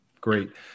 Great